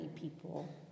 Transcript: people